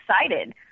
excited